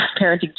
parenting